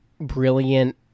brilliant